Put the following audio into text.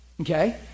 Okay